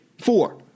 four